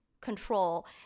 control